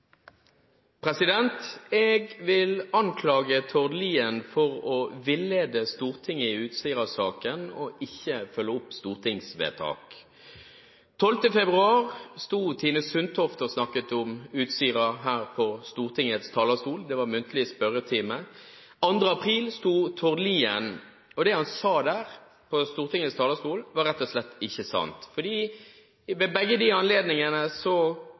Utsirahøyden. Jeg vil anklage Tord Lien for å villede Stortinget i Utsira-saken og ikke følge opp stortingsvedtak. Den 12. februar sto Tine Sundtoft og snakket om Utsira her på Stortingets talerstol. Det var muntlig spørretime. 2. april sto Tord Lien her. Det han sa der, var rett og slett ikke sant. Ved begge de anledningene